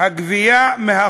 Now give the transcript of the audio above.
אם הוא לא יהיה פה,